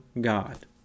God